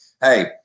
Hey